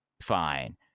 Fine